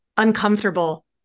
Uncomfortable